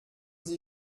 sie